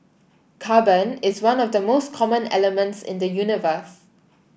carbon is one of the most common elements in the universe